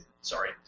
Sorry